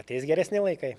ateis geresni laikai